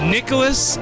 Nicholas